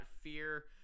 fear